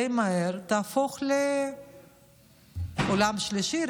די מהר תהפוך לעולם שלישי,